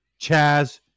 Chaz